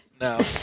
No